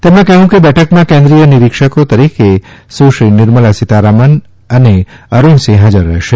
તેમણે કહ્યું કે બેઠકમાં કેન્દ્રીય નિરીક્ષકો તરીકે સુશ્રી નિર્મલા સીતારમણ ને અરૂણસિંહ હાજર રહેશે